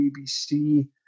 BBC